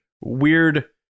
weird